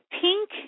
pink